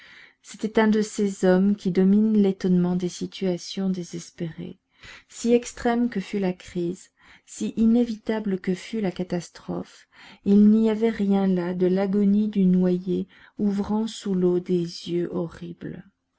c'était un de ces hommes qui dominent l'étonnement des situations désespérées si extrême que fût la crise si inévitable que fût la catastrophe il n'y avait rien là de l'agonie du noyé ouvrant sous l'eau des yeux horribles